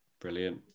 brilliant